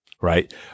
Right